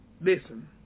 listen